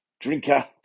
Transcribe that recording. drinker